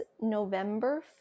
november